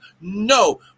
No